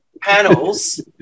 panels